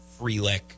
Freelick